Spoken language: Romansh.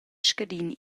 scadin